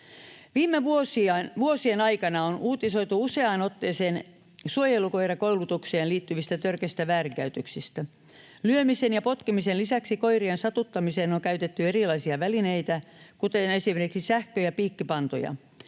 Viime vuosien aikana on uutisoitu useaan otteeseen suojelukoirakoulutukseen liittyvistä törkeistä väärinkäytöksistä. Lyömisen ja potkimisen lisäksi koirien satuttamiseen on käytetty erilaisia välineitä, kuten esimerkiksi sähkö- ja piikkipantoja.